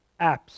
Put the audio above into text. apps